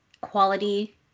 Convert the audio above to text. quality